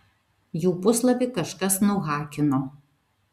jų puslapį kažkas nuhakino